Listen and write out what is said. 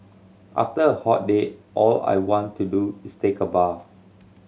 after a hot day all I want to do is take a bath